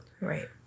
Right